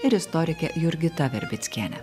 ir istorike jurgita verbickiene